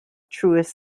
truest